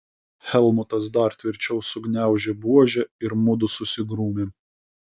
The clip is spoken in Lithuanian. helmutas dar tvirčiau sugniaužė buožę ir mudu susigrūmėm